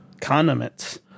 condiments